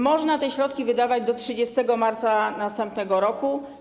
Można te środki wydawać do 30 marca następnego roku.